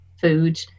food